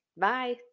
Bye